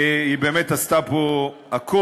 היא באמת עשתה פה הכול,